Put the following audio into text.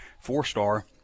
four-star